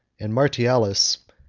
and martialis,